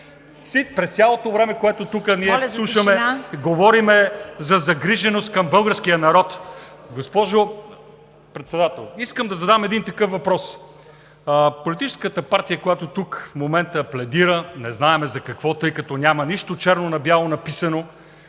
През цялото време, през което ние тук слушаме, говорим за загриженост към българския народ. Госпожо Председател, искам да задам един такъв въпрос. Политическата партия, която тук в момента пледира не знаем за какво, тъй като няма нищо черно на бяло написано,